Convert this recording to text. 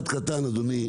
נושא אחד קטן אדוני.